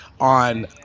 on